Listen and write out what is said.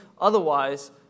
Otherwise